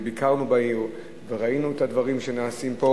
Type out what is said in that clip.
וביקרנו בעיר וראינו את הדברים שנעשים פה,